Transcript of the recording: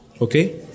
Okay